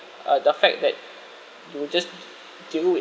uh the fact that you just deal with